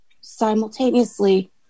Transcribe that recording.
simultaneously